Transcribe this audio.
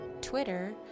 Twitter